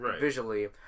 visually